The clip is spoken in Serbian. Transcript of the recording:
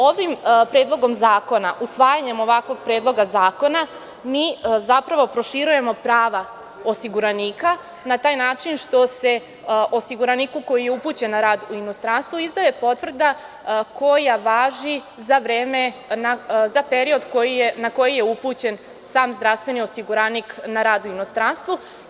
Ovim predlogom zakona, tj. usvajanjem ovakvog predloga zakona mi zapravo proširujemo prava osiguranika na taj način što se osiguraniku koji je upućen na rad u inostranstvo izdaje potvrda koja važi za period na koji je upućen sam zdravstveni osiguranik na rad u inostranstvu.